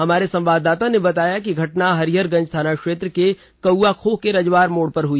हमारे संवाददाता ने बताया कि घटना हरीहर गंज थाना क्षेत्र के कौवाखोह के रजवार मोड़ पर हुई